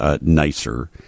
nicer